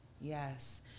Yes